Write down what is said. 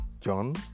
John